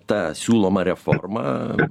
tą siūloma reforma